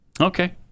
Okay